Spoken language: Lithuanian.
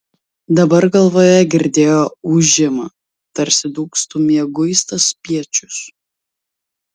dabar galvoje girdėjo ūžimą tarsi dūgztų mieguistas spiečius